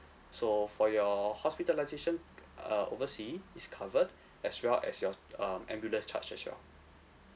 so for your hospitalisation b~ uh oversea is covered as well as your um ambulance charge as well